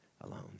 alone